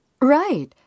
Right